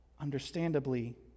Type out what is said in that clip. understandably